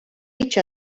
each